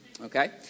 okay